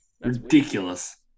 Ridiculous